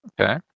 okay